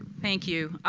thank you.